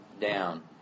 down